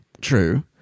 True